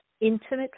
intimate